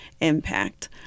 impact